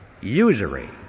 usury